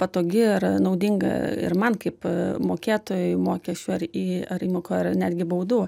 patogi ar naudinga ir man kaip mokėtojai mokesčių ar į ar įmokų ar netgi baudų